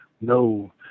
No